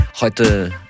Heute